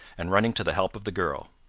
and running to the help of the girl.